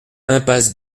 impasse